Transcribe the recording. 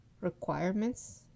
requirements